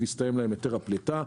והסתיים להן היתר הפליטה.